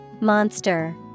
Monster